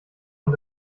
und